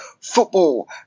Football